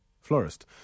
florist